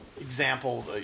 example